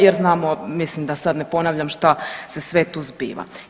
Jer znamo, mislim da sad ne ponavljam šta se sve tu zbiva.